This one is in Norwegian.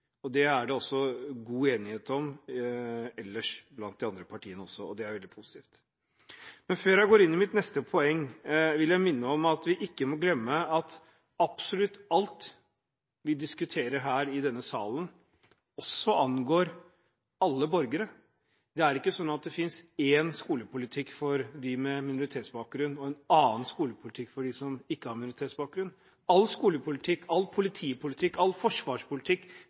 Det er det også god enighet om ellers blant de andre partiene. Det er veldig positivt. Før jeg går inn i mitt neste poeng, vil jeg minne om at vi ikke må glemme at absolutt alt vi diskuterer i denne salen, også angår alle borgere. Det er ikke slik at det finnes én skolepolitikk for dem med minoritetsbakgrunn og en annen skolepolitikk for dem som ikke har minoritetsbakgrunn. All